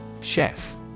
Chef